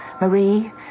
Marie